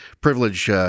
privilege